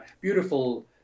beautiful